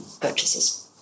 purchases